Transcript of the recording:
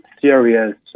serious